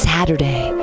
Saturday